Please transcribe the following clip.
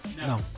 no